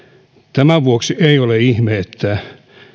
tämän vuoksi ei ole ihme että